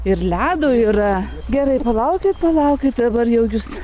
ir ledo yra gerai palaukit palaukit dabar jau jus